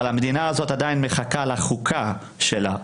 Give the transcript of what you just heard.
אבל המדינה הזאת עדיין מחכה לחוקה שלה.